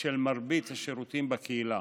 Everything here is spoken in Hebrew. של מרבית השירותים בקהילה.